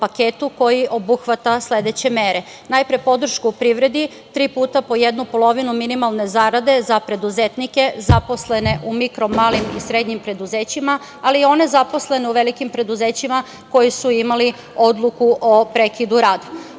koji obuhvata sledeće mere. Najpre podršku privredi, tri puta po jednu polovinu minimalne zarade za preduzetnike, zaposlene u mikro-malim i srednjim preduzećima, ali i one zaposlene u velikim preduzećima koji su imali odluku o prekidu rada. Pomoć